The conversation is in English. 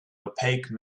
opaque